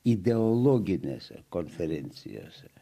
ideologinėse konferencijose